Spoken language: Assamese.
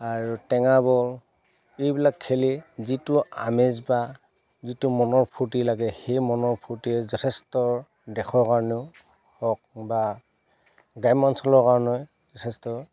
আৰু টেঙাবল এইবিলাক খেলি যিটো আমেজ বা যিটো মনৰ ফূৰ্তি লাগে সেই মনৰ ফূৰ্তি যথেষ্ট দেশৰ কাৰণেও হওক বা গ্ৰাম্য অঞ্চলৰ কাৰণে যথেষ্ট